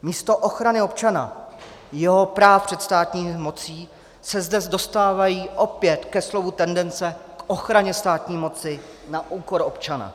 Místo ochrany občana, jeho práv před státní mocí se zde dostávají opět ke slovu tendence k ochraně státní moci na úkor občana.